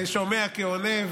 שומע כעונה,